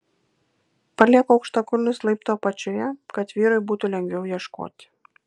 palieku aukštakulnius laiptų apačioje kad vyrui būtų lengviau ieškoti